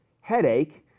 headache